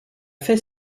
fait